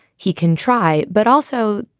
he can try. but also,